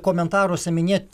komentaruose minėt